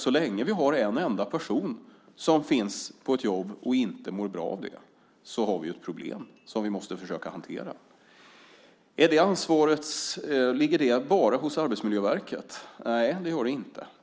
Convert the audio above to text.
Så länge vi har en enda person som finns på ett jobb och inte mår bra av det har vi ett problem som vi måste försöka hantera. Ligger det ansvaret bara hos Arbetsmiljöverket? Nej, det gör det inte.